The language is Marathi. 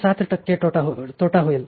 7 टक्के तोटा होईल